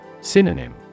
Synonym